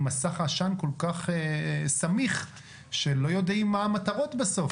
מסך עשן כל-כך סמיך שלא יודעים מה המטרות בסוף.